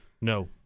No